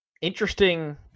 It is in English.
Interesting